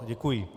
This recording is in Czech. Děkuji.